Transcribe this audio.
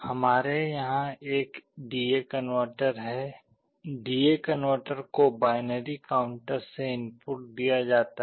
हमारे यहां एक डी ए कनवर्टर है डी ए कनवर्टर को बाइनरी काउंटर से इनपुट दिया जाता है